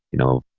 you know,